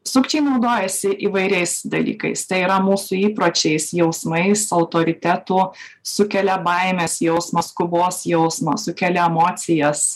sukčiai naudojasi įvairiais dalykais tai yra mūsų įpročiais jausmais autoritetų sukelia baimės jausmą skubos jausmą sukelia emocijas